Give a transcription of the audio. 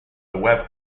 web